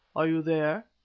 are you there?